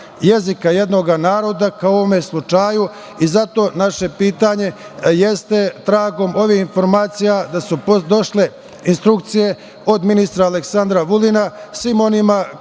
jednoga naroda, kao u ovom slučaju. Zato naše pitanje jeste tragom ovih informacija, da su došle instrukcije od ministra Aleksandra Vulina, svima onima koji